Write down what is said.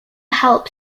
help